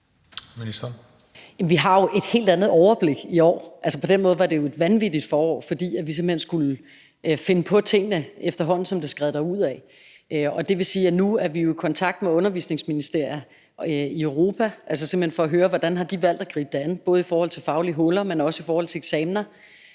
Vi har jo et helt andet overblik i år. På den måde var det et vanvittigt forår, fordi vi simpelt hen skulle finde på tingene, efterhånden som det skred derudad, og det vil jo sige, at vi nu er i kontakt med undervisningsministerier i Europa, simpelt hen for at høre, hvordan de har valgt at gribe det an, både i forhold til faglige huller, men også i forhold til eksamener.